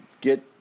get